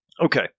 Okay